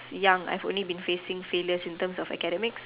young I have only been facing failure in term of academics